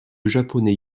japonais